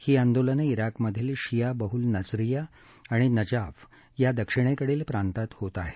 ही आंदोलनं चिकमधील शिया बहुल नसरिया आणि नजाफ या दक्षिणेकडील प्रांतात होत आहेत